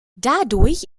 dadurch